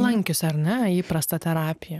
lankius ar ne įprastą terapiją